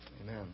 Amen